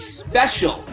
special